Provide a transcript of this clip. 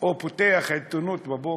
או פותח עיתון בבוקר,